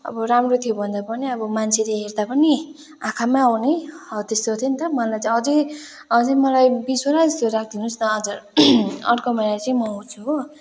अब राम्रो थियो भन्दा पनि अब मान्छेले हेर्दा पनि आँखामा आउने हो त्यस्तो थियो नि त मलाई चाहिँ अझै अझै मलाई बिसवटा जति राखिदिनुहोस् न हजुर अर्को महिना चाहिँ म आउँछु हो